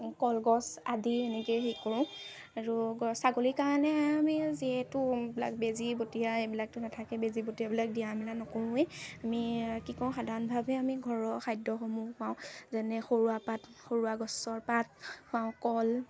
কলগছ আদি এনেকৈয়ে হেৰি কৰোঁ আৰু গ ছাগলীৰ কাৰণে আমি যিহেতু এইবিলাক বেজী বটিয়া এইবিলাকতো নাথাকে বেজী বটিয়াবিলাক দিয়া মেলা নকৰোঁৱেই আমি কি কৰোঁ সাধাৰণভাৱে আমি ঘৰৰ খাদ্যসমূহ পাওঁ যেনে সৰুৱা পাত সৰুৱা গছৰ পাত পাওঁ কল